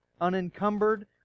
unencumbered